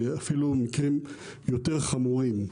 ואפילו מקרים יותר חמורים.